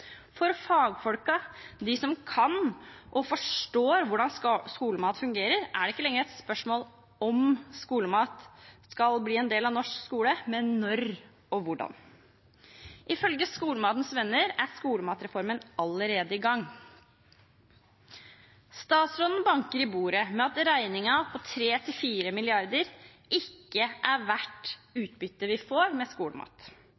For fagfolk, de som kan og forstår hvordan skolemat fungerer, er det ikke lenger et spørsmål om skolemat skal bli en del av norsk skole, men når og hvordan. Ifølge Skolematens Venner er skolematreformen allerede i gang. Statsråden banker i bordet med at regningen på 3–4 mrd. kr ikke er verdt utbyttet vi får med skolemat.